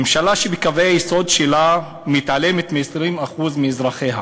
ממשלה שבקווי היסוד שלה מתעלמת מ-20% מאזרחיה,